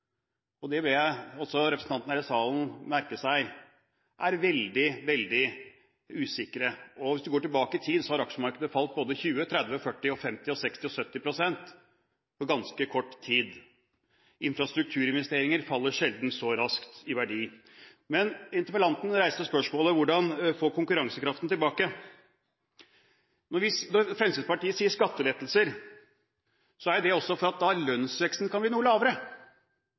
og det ber jeg også representantene her i salen merke seg: Det er veldig, veldig usikkert. Hvis du går tilbake i tid, har aksjemarkedet falt både 20, 30, 40, 50, 60 og 70 pst. på ganske kort tid. Infrastrukturinvesteringer faller sjelden så raskt i verdi. Interpellanten reiste spørsmålet: Hvordan få konkurransekraften tilbake? Når Fremskrittspartiet sier skattelettelser, er det også for at lønnsveksten da kan bli noe lavere.